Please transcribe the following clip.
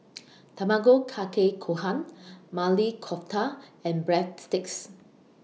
Tamago Kake Gohan Maili Kofta and Breadsticks